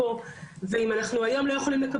אנחנו לא נעביר את הכספים הלאה,